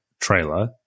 trailer